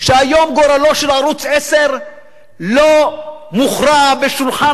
שהיום גורלו של ערוץ-10 לא מוכרע ליד שולחן